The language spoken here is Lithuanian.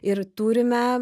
ir turime